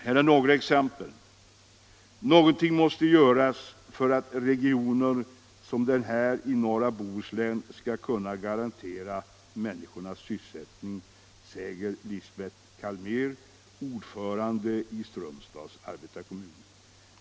Här är några exempel: ”Någonting måste göras för att regioner som den här i norra Bohuslän skall kunna garantera människorna sysselsättning”, säger Lisbet Calmer, ordförande i Strömstads arbetarkommun.